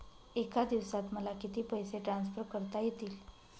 एका दिवसात मला किती पैसे ट्रान्सफर करता येतील?